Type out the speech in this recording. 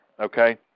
Okay